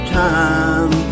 time